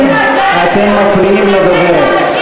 אתם מפריעים לדוברת.